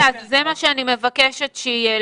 יפה, זה מה שאני מבקשת שיהיה.